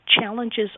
challenges